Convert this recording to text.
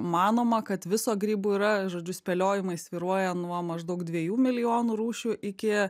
manoma kad viso grybų yra žodžiu spėliojimai svyruoja nuo maždaug dviejų milijonų rūšių iki